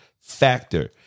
factor